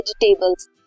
vegetables